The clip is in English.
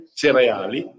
cereali